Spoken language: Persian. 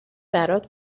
برات